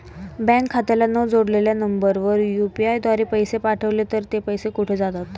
Bank खात्याला न जोडलेल्या नंबरवर यु.पी.आय द्वारे पैसे पाठवले तर ते पैसे कुठे जातात?